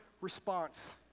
response